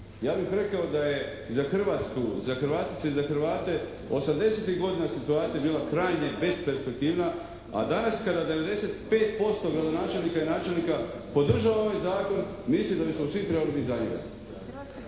Ja bih rekao da je za Hrvatsku, za Hrvatice i za Hrvate osamdesetih godina situacija bila krajnje besperspektivna, a danas kada 95% gradonačelnika i načelnika podržava ovaj zakon mislim da bismo svi trebali biti za njega.